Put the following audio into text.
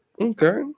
okay